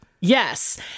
Yes